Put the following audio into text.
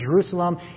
Jerusalem